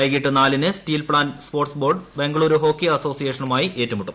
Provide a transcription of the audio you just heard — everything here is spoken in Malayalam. വൈകിട്ട് നാലിന് steel plant sports board Bengaluru hockey അസോസിയേഷനുമായി ഏറ്റുമുട്ടും